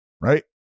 right